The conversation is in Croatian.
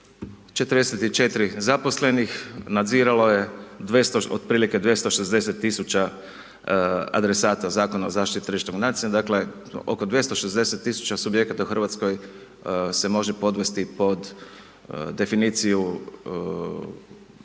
44 zaposlenih nadziralo je 200, otprilike 260 tisuća adresata Zakona o zaštiti tržišnog natjecanja, dakle oko 260 tisuća subjekata u Hrvatskoj se može podvesti pod definiciju